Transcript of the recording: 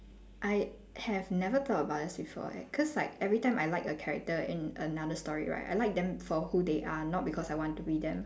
I have never thought about this before eh cause like every time I like a character in another story right I like them for who they are not because I want to be them